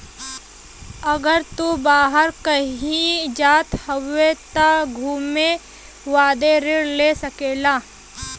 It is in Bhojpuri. अगर तू बाहर कही जात हउआ त घुमे बदे ऋण ले सकेला